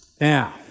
Now